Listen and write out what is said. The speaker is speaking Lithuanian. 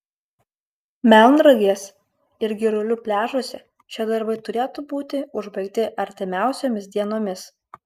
melnragės ir girulių pliažuose šie darbai turėtų būti užbaigti artimiausiomis dienomis